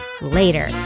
Later